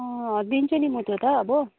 दिन्छु नि म त्यो त अब